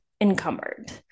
encumbered